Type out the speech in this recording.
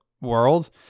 world